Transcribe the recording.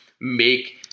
make